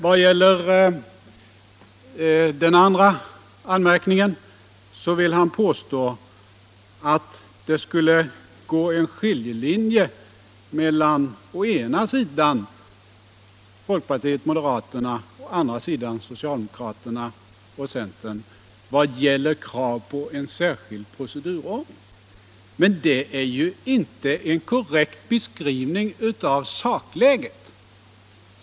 Vad gäller den andra anmärkningen ville herr Molin påstå att det skulle gå en skiljelinje mellan å ena sidan folkpartiet och moderaterna och å andra sidan socialdemokraterna och centern i fråga om krav på en särskild procedurordning. Men det är ju inte en korrekt beskrivning av sakläget.